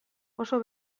oso